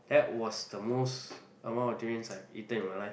that was the most amount of durians I've eaten in my life